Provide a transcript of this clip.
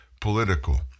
political